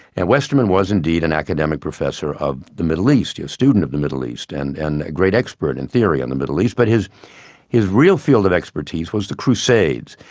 and westerman was indeed an academic professor of the middle east, a student of the middle east, and and a great expert in theory on the middle east, but his his real field of expertise was the crusades,